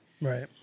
right